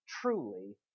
truly